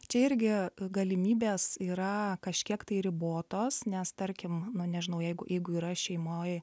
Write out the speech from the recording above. čia irgi galimybės yra kažkiek tai ribotos nes tarkim nu nežinau jeigu jeigu yra šeimoj